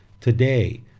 Today